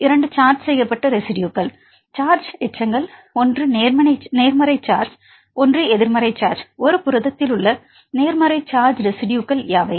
மாணவர் 2 சார்ஜ் செய்யப்பட்ட ரெஸிட்யுகளுக்கு சார்ஜ் எச்சங்கள் 1 நேர்மறை சார்ஜ் 1 எதிர்மறை சார்ஜ் ஒரு புரதத்தில் உள்ள நேர்மறை சார்ஜ் ரெஸிட்யுகள் யாவை